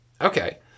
Okay